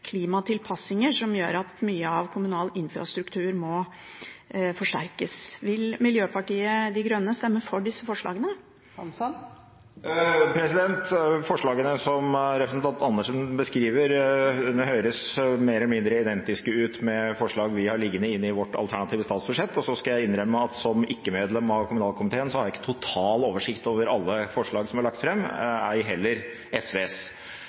som gjør at mye av kommunal infrastruktur må forsterkes. Vil Miljøpartiet De Grønne stemme for disse forslagene? Forslagene som representanten Andersen beskriver, høres mer eller mindre identiske ut med forslag vi har liggende inne i vårt alternative statsbudsjett, og så skal jeg innrømme at som ikke-medlem av kommunalkomiteen har jeg ikke total oversikt over alle forslag som er lagt fram, ei heller SVs.